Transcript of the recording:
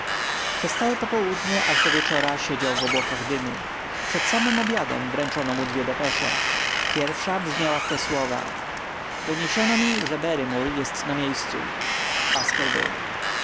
przez całe popołudnie aż do wieczora siedział w obłokach dymu przed samym obiadem wręczono mu dwie depesze pierwsza brzmiała w te słowa doniesiono mi że barrymore jest na miejscu